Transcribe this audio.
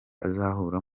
azahura